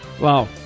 Wow